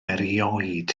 erioed